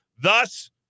Thus